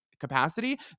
capacity